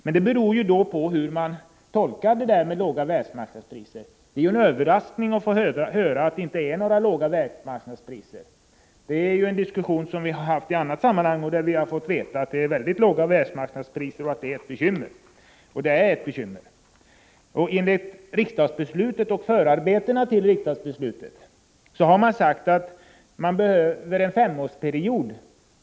Men det hela beror ju på hur man tolkar detta med låga världsmarknadspriser. Det är överraskande att få höra att det inte råder låga världsmarknadspriser. Den diskussionen har ju förts i annat sammanhang, och vi har fått veta att det är väldigt låga världsmarknadspriser samt att detta är ett bekymmer. Och det är ett bekymmer. Enligt riksdagsbeslutet och förarbetena till riksdagsbeslutet skall prisets nivå bedömas med utgångspunkt från världsmarknadspriserna under en femårsperiod.